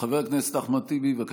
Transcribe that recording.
חבר הכנסת אחמד טיבי, בבקשה.